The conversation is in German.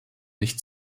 nicht